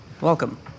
Welcome